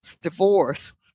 divorce